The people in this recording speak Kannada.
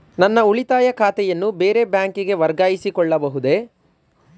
ನನ್ನ ಉಳಿತಾಯ ಖಾತೆಯನ್ನು ಬೇರೆ ಬ್ಯಾಂಕಿಗೆ ವರ್ಗಾಯಿಸಿಕೊಳ್ಳಬಹುದೇ?